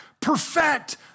perfect